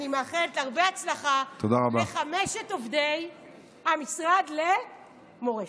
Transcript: אני מאחלת הרבה הצלחה לחמשת עובדי המשרד למורשת.